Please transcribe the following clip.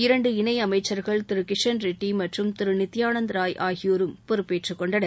இரண்டு இணை அமைச்சர்கள் திரு கிஷன் ரெட்டி மற்றும் நித்பானந்த ராய் ஆகியோரும் பொறுப்பேற்றுக்கொண்டனர்